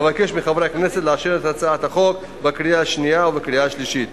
אבקש מחברי הכנסת לאשר את הצעת החוק בקריאה השנייה ובקריאה השלישית.